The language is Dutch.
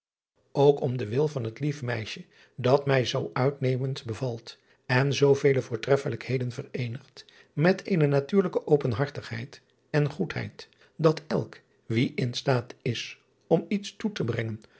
ook om den wil van het lief meisje dat mij zoo uitnemend bevalt en zoovele voortreffelijkheden veréénigt met eene natuurlijke openhartigheid en goed driaan oosjes zn et leven van illegonda uisman heid dat elk wie in staat is om iets toe te brengen